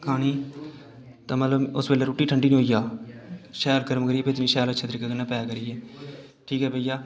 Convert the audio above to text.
खानी ते मतलब उस बेल्लै रुट्टी ठंडी नेईं होई जा शैल गर्म करियै भेजनी शैल अच्छे तरीके कन्नै पैक करियै ठीक ऐ भैया